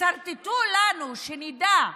תסרטטו לנו, שנדע.